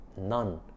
none